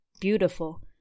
beautiful